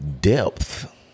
depth